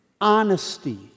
honesty